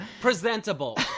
Presentable